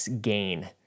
gain